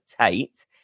Tate